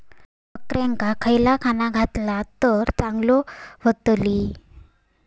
बकऱ्यांका खयला खाणा घातला तर चांगल्यो व्हतील?